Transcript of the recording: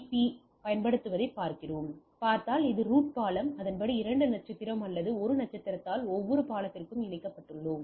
B ஐப் பயன்படுத்துவதைப் பார்க்கிறோம் பார்த்தால் இது ரூட் பாலம் அதன்படி 2 நட்சத்திரம் அல்லது 1 நட்சத்திரத்தால் ஒவ்வொரு பாலத்திலிருந்தும் இணைக்கப்பட்டுள்ளோம்